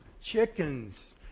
Chickens